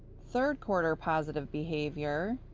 third quarter positive behavior,